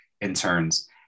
interns